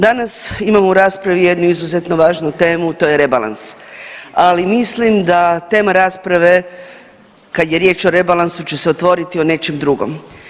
Danas imamo u raspravu jednu izuzetno važnu temu, to je rebalans, ali mislim da tema rasprave kad je riječ o rebalansu će se otvoriti o nečem drugom.